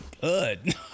good